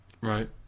Right